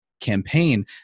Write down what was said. campaign